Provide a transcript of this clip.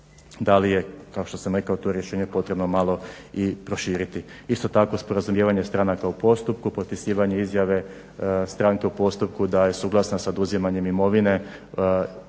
da li je kao što sam rekao to rješenje potrebno malo i proširiti. Isto tako sporazumijevanje stranaka u postupku, potpisivanje izjave stranke u postupku da je suglasna sa oduzimanjem imovine